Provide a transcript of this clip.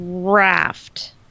raft